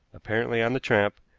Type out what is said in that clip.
apparently on the tramp,